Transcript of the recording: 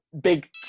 big